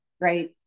right